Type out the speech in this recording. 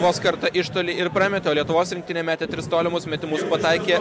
vos kartą iš toli ir prametė lietuvos rinktinė metė tris tolimus metimus pataikė